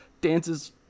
dances